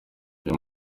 uyu